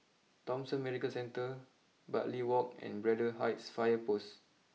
Thomson Medical Centre Bartley walk and Braddell Heights fire post